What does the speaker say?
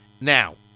Now